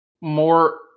more